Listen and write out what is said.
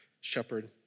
shepherd